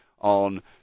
on